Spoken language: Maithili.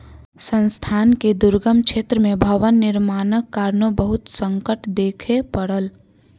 संस्थान के दुर्गम क्षेत्र में भवन निर्माणक कारणेँ बहुत संकट देखअ पड़ल